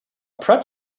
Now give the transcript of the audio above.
prep